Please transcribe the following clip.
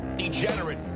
Degenerate